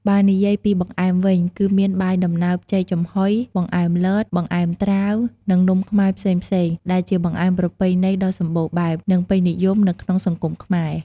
បើនិយាយពីបង្អែមវិញ គឺមានបាយដំណើបចេកចំហុយ បង្អែមលត បង្អែមត្រាវ និងនំខ្មែរផ្សេងៗ ដែលជាបង្អែមប្រពៃណីដ៏សម្បូរបែប និងពេញនិយមនៅក្នុងសង្គមខ្មែរ។